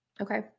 Okay